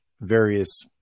various